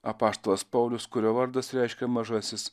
apaštalas paulius kurio vardas reiškia mažasis